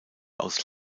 aus